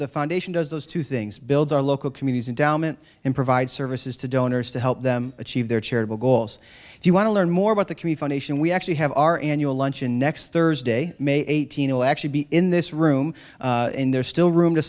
foundation does those two things build our local communities and dominant and provide services to donors to help them achieve their charitable goals if you want to learn more about the commute foundation we actually have our annual luncheon next thursday may eighteenth will actually be in this room and there's still room to